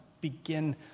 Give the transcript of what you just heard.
begin